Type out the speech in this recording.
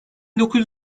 dokuz